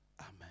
Amen